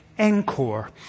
Encore